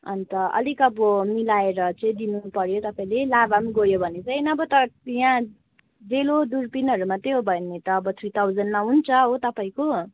अन्त अलिक अब मिलाएर चाहिँ दिनुपऱ्यो तपाईँले लाभा पनि गयोभने चाहिँ नभए त यहाँ डेलो दुर्बिनहरू मात्रै हो भने त थ्री थाउजन्डमा हुन्छ हो तपाईँको